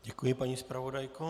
Děkuji, paní zpravodajko.